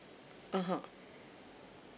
(uh huh)